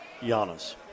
Giannis